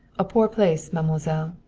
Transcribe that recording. a poor place, mademoiselle,